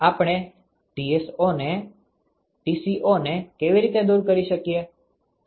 આપણે Tco ને કેવી રીતે દૂર કરી શકીએ